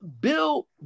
Bill